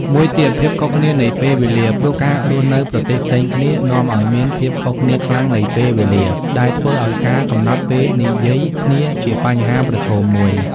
មួយទៀត ភាពខុសគ្នានៃពេលវេលា ព្រោះការរស់នៅប្រទេសផ្សេងគ្នា នាំឱ្យមានភាពខុសគ្នាខ្លាំងនៃពេលវេលា ដែលធ្វើឱ្យការកំណត់ពេលនិយាយគ្នាជាបញ្ហាប្រឈមមួយ។